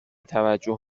توجه